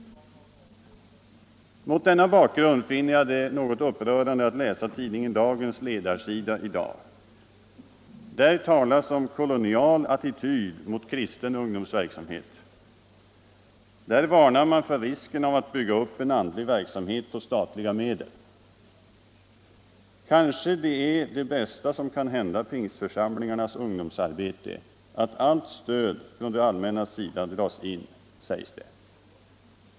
Jag finner det mot denna bakgrund något upprörande att läsa tidningen Dagens ledarsida i dag. Där talas om kolonial attityd mot kristen ungdomsverksamhet. Där varnar man för risken av att bygga upp en andlig verksamhet på statliga medel. ”Kanske det är det bästa som kan hända pingstförsamlingarnas ungdomsarbete att allt stöd från det allmännas sida dras in”, sägs det.